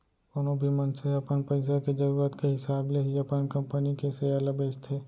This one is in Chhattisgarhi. कोनो भी मनसे ह अपन पइसा के जरूरत के हिसाब ले ही अपन कंपनी के सेयर ल बेचथे